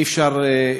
אי-אפשר,